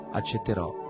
accetterò